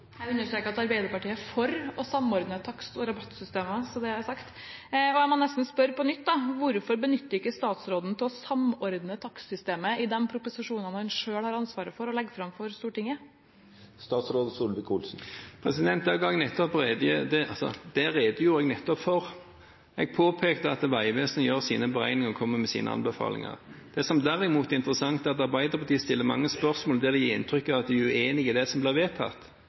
jeg håper at Arbeiderpartiet vil være med og støtte det. Jeg understreker at Arbeiderpartiet er for å samordne takst- og rabattsystemene, så det er sagt. Jeg må nesten spørre på nytt: Hvorfor benytter ikke statsråden anledningen til å samordne takstsystemet i de proposisjonene han selv har ansvaret for og legger fram for Stortinget? Det redegjorde jeg nettopp for. Jeg påpekte at Vegvesenet gjør sine beregninger og kommer med sine anbefalinger. Det som derimot er interessant, er at Arbeiderpartiet stiller mange spørsmål der de gir inntrykk av at de er uenig i det som blir vedtatt,